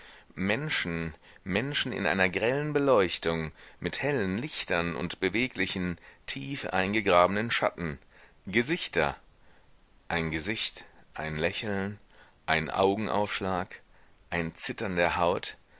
menschen menschen in einer grellen beleuchtung mit hellen lichtern und beweglichen tief eingegrabenen schatten gesichter ein gesicht ein lächeln einen augenaufschlag ein zittern der haut